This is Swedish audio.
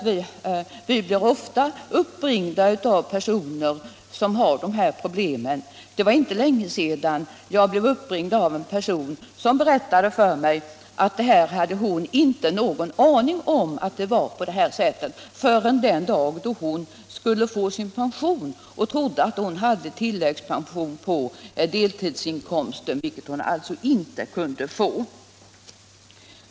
Vi blir ofta uppringda av personer som har dessa problem. Det var inte länge sedan jag blev uppringd av en person som berättade att hon inte hade haft en aning om att det var på detta sätt förrän den dag hon skulle få sin pension och trodde att hon hade tilläggspoäng på deltidsinkomsten, vilket hon alltså inte hade.